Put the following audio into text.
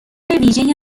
ویژه